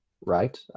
right